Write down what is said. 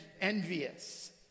envious